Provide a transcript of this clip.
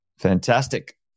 fantastic